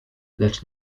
lecz